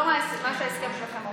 אבל זה לא מה שאומר ההסכם שלכם,